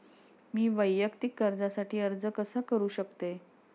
मी वैयक्तिक कर्जासाठी अर्ज कसा करु शकते?